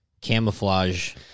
camouflage